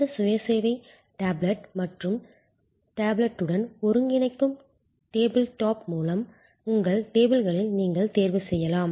இந்த சுய சேவை டேப்லெட் மற்றும் டேப்லெட்டுடன் ஒருங்கிணைக்கும் டேபிள் டாப் மூலம் உங்கள் டேபிளில் நீங்கள் தேர்வு செய்யலாம்